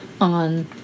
on